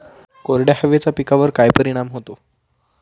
कोरड्या हवेचा पिकावर काय परिणाम होतो?